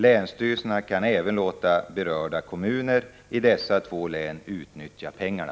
Länsstyrelserna kan även låta berörda kommuner i dessa två län utnyttja pengarna.